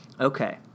Okay